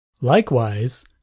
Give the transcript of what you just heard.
Likewise